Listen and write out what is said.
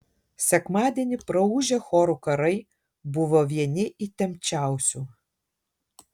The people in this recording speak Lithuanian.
sekmadienį praūžę chorų karai buvo vieni įtempčiausių